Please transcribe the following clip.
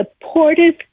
supportive